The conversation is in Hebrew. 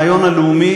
את הרעיון הלאומי,